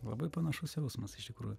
labai panašus jausmas iš tikrųjų